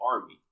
army